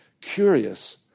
Curious